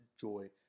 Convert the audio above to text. joy